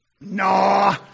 no